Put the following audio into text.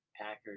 Packers